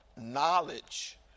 knowledge